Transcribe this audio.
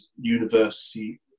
university